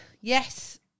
Yes